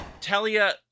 Talia